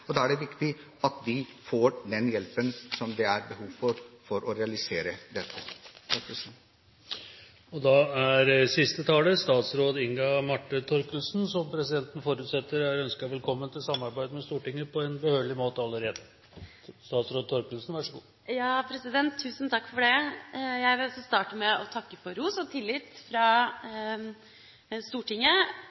det. Da er det viktig at de får den hjelpen det er behov for, for å realisere dette. Siste taler i debatten er statsråd Inga Marte Thorkildsen, som presidenten forutsetter allerede er ønsket velkommen til samarbeid med Stortinget på behørig måte. Tusen takk for det! Jeg vil starte med å takke for ros og tillit fra Stortinget.